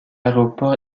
aéroport